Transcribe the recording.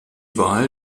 wahl